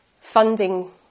funding